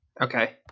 okay